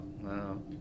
Wow